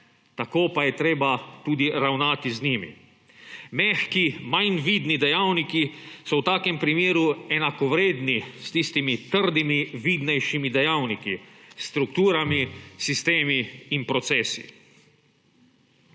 tako pa je treba tudi ravnati z njimi. Mehki, manj vidni dejavniki so v takem primeru enakovredni s tistimi trdimi, vidnejšimi dejavniki, s strukturami, sistemi in procesi.